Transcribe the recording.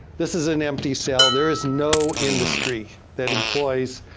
this is an empty cell. there is no industry that employs,